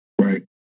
Right